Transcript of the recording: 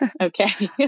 okay